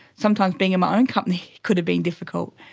sometimes being in my own company could have been difficult.